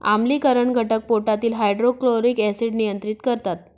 आम्लीकरण घटक पोटातील हायड्रोक्लोरिक ऍसिड नियंत्रित करतात